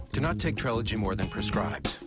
do not take trelegy more than prescribed.